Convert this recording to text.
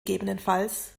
ggf